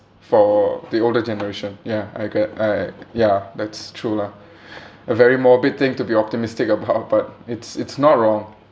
for the older generation ya I get uh ya that's true lah a very morbid thing to be optimistic about but it's it's not wrong